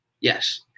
Yes